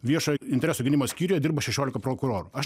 viešo intereso gynimo skyriuje dirba šešiolika prokurorų aš